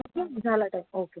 चल झाला time okay